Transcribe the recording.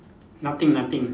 nothing nothing